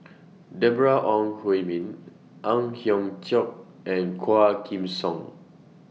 Deborah Ong Hui Min Ang Hiong Chiok and Quah Kim Song